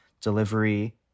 delivery